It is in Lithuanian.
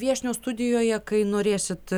viešnios studijoje kai norėsit